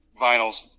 vinyls